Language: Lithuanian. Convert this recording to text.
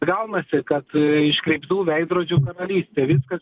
gaunasi kad iškreiptų veidrodžių karalystė viskas